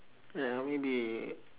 well maybe